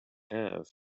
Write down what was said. have